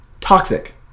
toxic